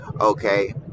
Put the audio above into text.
Okay